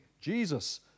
Jesus